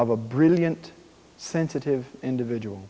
of a brilliant sensitive individual